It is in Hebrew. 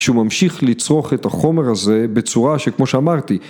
‫שהוא ממשיך לצרוך את החומר הזה ‫בצורה שכמו שאמרתי...